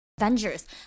Avengers